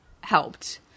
helped